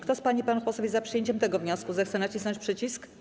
Kto z pań i panów posłów jest za przyjęciem tego wniosku, zechce nacisnąć przycisk.